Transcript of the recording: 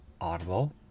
Audible